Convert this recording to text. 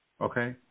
okay